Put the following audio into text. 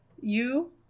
you